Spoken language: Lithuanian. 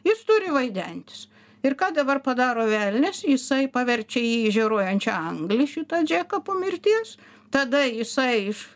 jis turi vaidentis ir ką dabar padaro velnias jisai paverčia jį į žioruojančią anglį šitą džeką po mirties tada jisai iš